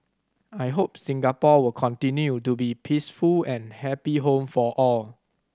I hope Singapore will continue to be peaceful and happy home for all